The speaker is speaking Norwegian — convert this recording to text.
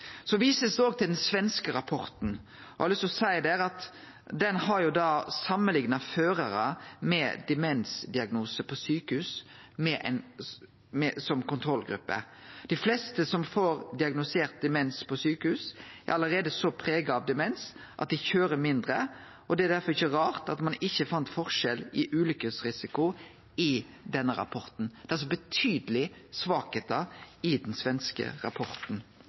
Det blir vist til den svenske rapporten. Eg har lyst til å seie at han har samanlikna førarar med demensdiagnose på sjukehus som kontrollgruppe. Dei fleste som får diagnostisert demens på sjukehus, er allereie så prega av demens at dei køyrer mindre, og det er derfor ikkje rart at ein ikkje fann forskjell i ulykkesrisiko i denne rapporten. Det er altså betydelege svakheiter i den svenske rapporten.